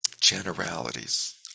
generalities